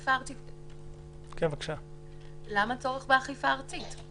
דבר אחד, למה "בצורך באכיפה ארצית"?